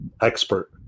expert